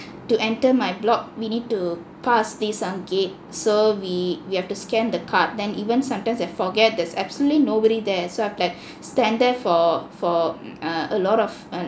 to enter my block we need to pass these ah gate so we we have to scan the card then even sometimes I forget there's absolutely nobody there so I have to like stand there for for err a lot of